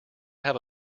have